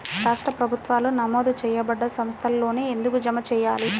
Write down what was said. రాష్ట్ర ప్రభుత్వాలు నమోదు చేయబడ్డ సంస్థలలోనే ఎందుకు జమ చెయ్యాలి?